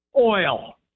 oil